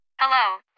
Hello